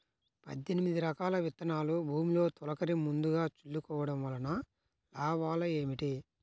పద్దెనిమిది రకాల విత్తనాలు భూమిలో తొలకరి ముందుగా చల్లుకోవటం వలన లాభాలు ఏమిటి?